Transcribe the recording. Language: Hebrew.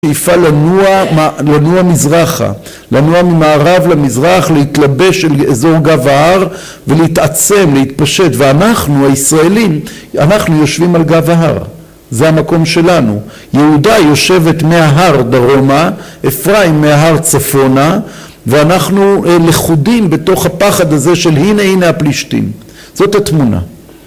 שאיפה לנוע מזרחה, לנוע ממערב למזרח. להתלבש על אזור גב ההר, ולהתעצם, להתפשט. ואנחנו הישראלים, אנחנו יושבים על גב ההר. זה המקום שלנו, יהודה יושבת מההר דרומה, אפרים מההר צפונה, ואנחנו לכודים בתוך הפחד הזה של הנה הנה הפלישתים. זאת התמונה